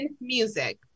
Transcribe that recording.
Music